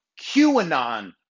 QAnon